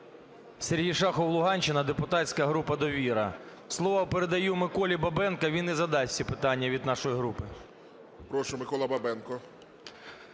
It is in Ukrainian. Сергій Шахов, Луганщина, депутатська група "Довіра". Слово передаю Миколі Бабенко, він і задасть питання від нашої групи. ГОЛОВУЮЧИЙ. Прошу, Микола Бабенко.